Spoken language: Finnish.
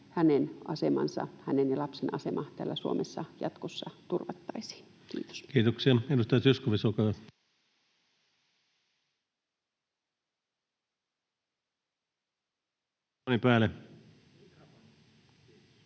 hänen ja lapsen asema täällä Suomessa jatkossa turvattaisiin? — Kiitos. Kiitoksia. — Edustaja Zyskowicz, olkaa hyvä.